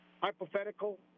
Hypothetical